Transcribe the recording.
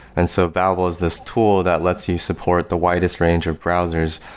and so babel is this tool that lets you support the widest range of browsers,